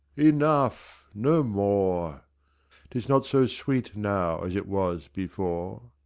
enough no more t is not so sweet now as it was before.